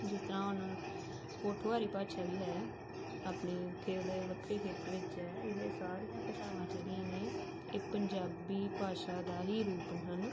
ਜਿਸ ਤਰ੍ਹਾਂ ਹੁਣ ਪੋਠੋਹਾਰੀ ਭਾਸ਼ਾ ਵੀ ਹੈ ਆਪਣੇ ਉਹਦੇ ਵੱਖਰੇ ਖੇਤਰ ਵਿੱਚ ਇਹ ਸਾਰੀਆਂ ਭਾਸ਼ਾਵਾਂ ਜਿਹੜੀਆਂ ਨੇ ਇਹ ਪੰਜਾਬੀ ਭਾਸ਼ਾ ਦਾ ਹੀ ਰੂਪ ਹਨ